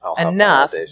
enough